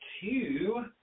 two